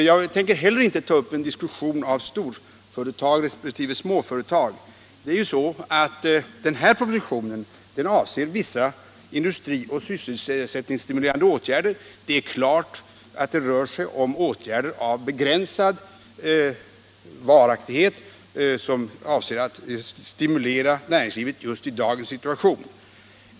Inte heller tänker jag ta upp en diskussion om storföretag och småföretag. Den här propositionen avser ju vissa industri och sysselsättningsstimulerande åtgärder. Det är klart att det rör sig om åtgärder av begränsad varaktighet som syftar till att stimulera näringslivet just i dagens situation.